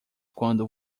quando